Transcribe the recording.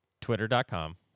Twitter.com